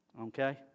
Okay